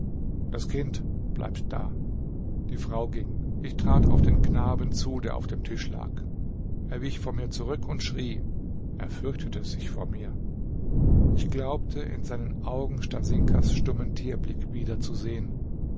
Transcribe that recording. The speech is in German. das kind bleibt da die frau ging ich trat auf den knaben zu der auf dem tisch lag er wich vor mir zurück und schrie er fürchtete sich vor mir ich glaubte in seinen augen stasinkas stummen tierblick wiederzusehen